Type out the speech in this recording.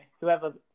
whoever